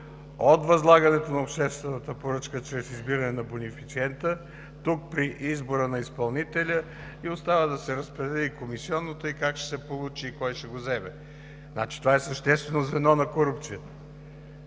от възлагането на обществената поръчка чрез избиране на бенефициента тук при избора на изпълнителя, и остава да се разпредели и комисионната, как ще се получи и кой ще я вземе. Значи това е съществено звено на корупцията.